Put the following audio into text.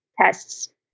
tests